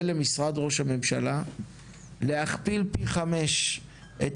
ולמשרד ראש הממשלה להכפיל פי חמש את